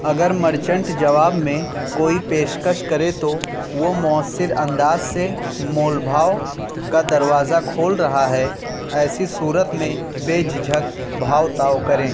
اگر مرچنٹ جواب میں کوئی پیشکش کرے تو وہ مؤثر انداز سے مول بھاؤ کا دروازہ کھول رہا ہے ایسی صورت میں بےجھجک بھاؤ تاؤ کریں